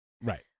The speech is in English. right